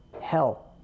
hell